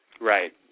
Right